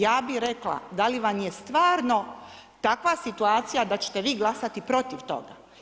Ja bi rekla da li vam je stvarno takva situacija da ćete vi glasati protiv toga?